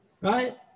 right